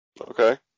Okay